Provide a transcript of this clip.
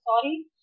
sorry